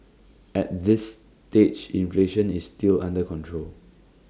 at this stage inflation is still under control